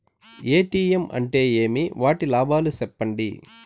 ATM అంటే ఏమి? వాటి లాభాలు సెప్పండి?